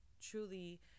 truly